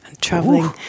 traveling